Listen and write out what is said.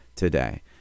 today